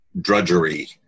drudgery